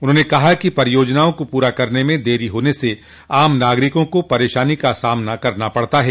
उन्होंने कहा कि परियोजनाओं को पूरा करने में देरी होने से आम नागरिकों को परेशानी का सामना करना पड़ता ह